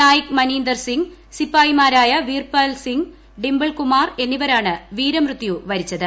നായിക് മനിന്ദർ സിംഗ് സിപ്പായിമാരായ വീർപൽസിംഗ് ഡിംബിൾ കുമാർ എന്നിവരാണ് വീരമൃത്യു വരിച്ചത്